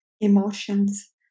emotions